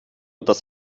das